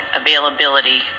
availability